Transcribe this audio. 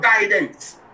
guidance